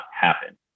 happen